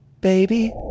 baby